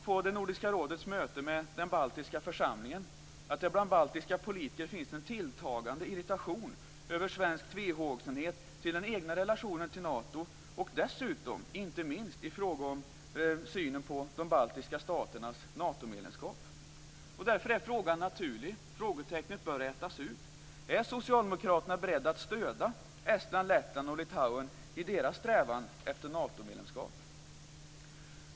På Nordiska rådets möte med den baltiska församlingen var det uppenbart att det finns en tilltagande irritation bland baltiska politiker över den svenska tvehågsenheten till den egna relationen till Nato och dessutom, inte minst, i fråga om synen på de baltiska staternas Natomedlemskap. Därför är frågan naturlig. Frågetecknet bör rätas ut. Är Socialdemokraterna beredda att stödja Estland, Lettland och Litauen i deras strävan efter Natomedlemskap?